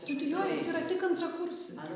studijuoja jis yra tik antrakursis